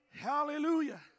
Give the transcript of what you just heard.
hallelujah